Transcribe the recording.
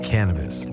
Cannabis